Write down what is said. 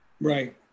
Right